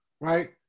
right